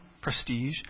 prestige